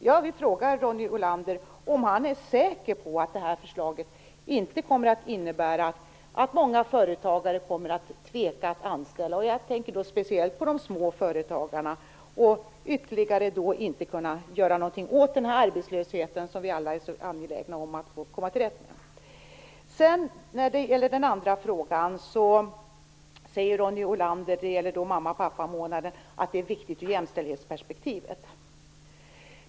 Jag vill fråga Ronny Olander om han är säker på att det här förslaget inte kommer att innebära att många företagare kommer att tveka att anställa. Jag tänker då speciellt på de små företagarna. Då kommer vi inte att kunna göra någonting ytterligare åt arbetslösheten, som vi alla är så angelägna om att komma till rätta med. När det gäller mamma och pappamånaderna sade Ronny Olander att de är viktiga i ett jämställdhetsperspektiv.